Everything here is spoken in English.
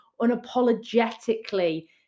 unapologetically